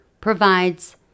provides